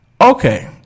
Okay